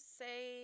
say